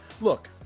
look